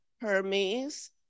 Hermes